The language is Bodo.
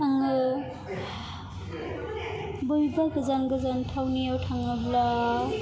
आङो बबेबा गोजान गोजान थाउनिआव थाङोब्ला